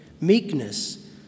meekness